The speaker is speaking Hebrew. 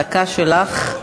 הדקה שלך.